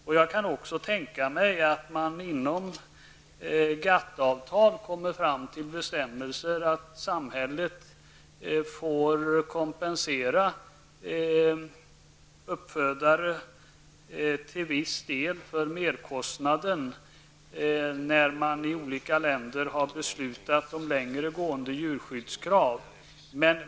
Och jag kan även tänka mig att man med GATT-avtal kommer fram till bestämmelser om att samhället får kompensera uppfödare för viss del av merkostnaden, när man i olika länder har beslutat om längre gående djurskyddskrav.